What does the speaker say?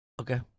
Okay